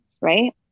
right